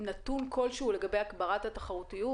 נתון כלשהו לגבי הגברת התחרותיות,